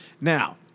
Now